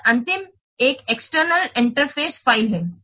और अंतिम एक एक्सटर्नल इंटरफ़ेस फ़ाइल है